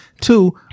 Two